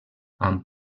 amb